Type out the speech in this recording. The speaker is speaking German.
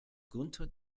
günter